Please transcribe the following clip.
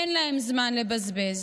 אין להם זמן לבזבז.